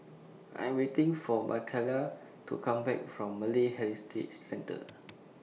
I Am waiting For Makaila to Come Back from Malay Heritage Centre